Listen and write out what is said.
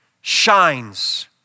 shines